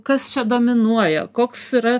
kas čia dominuoja koks yra